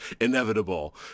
inevitable